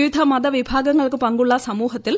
വീവിധ മതവിഭാഗങ്ങൾക്ക് പങ്കുള്ള സമൂഹത്തിൽ